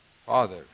Father